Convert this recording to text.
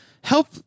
help